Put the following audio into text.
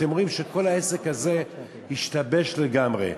אתם רואים שכל העסק הזה השתבש לגמרי.